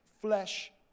flesh